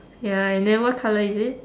ya and then what colour is it